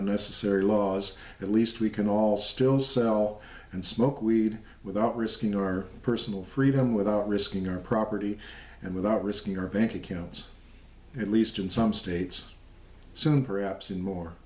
unnecessary laws at least we can all still sell and smoke weed without risking our personal freedom without risking our property and without risking our bank accounts at least in some states soon perhaps in more